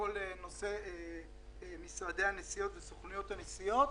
לכל נושא משרדי הנסיעות וסוכנויות הנסיעות.